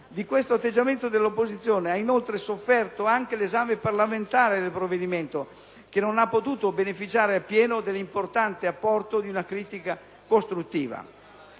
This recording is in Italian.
Di questo atteggiamento dell'opposizione ha sofferto anche l'esame parlamentare del provvedimento, che non ha potuto beneficiare appieno dell'importante apporto di una critica costruttiva.